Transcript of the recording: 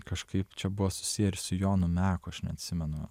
kažkaip čia buvo susiję ir su jonu meku aš neatsimenu